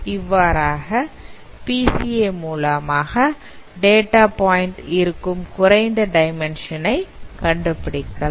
இவ்வாறாக பிசிஏ மூலமாக data point இருக்கும் குறைந்த டைமென்ஷன் கண்டுபிடிக்கலாம்